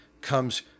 comes